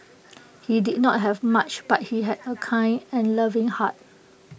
he did not have much but he had A kind and loving heart